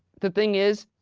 the thing is,